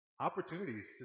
opportunities